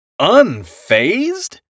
unfazed